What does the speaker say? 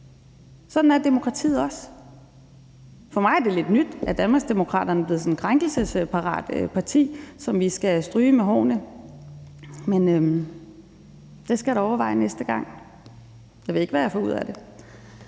Sådan er demokratiet også. For mig er det lidt nyt, at Danmarksdemokraterne er blevet sådan et krænkelsesparat parti, som vi skal stryge med hårene, men det skal jeg da have med i mine overvejelser næste gang. Jeg ved ikke, hvad jeg får ud af det.